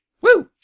Woo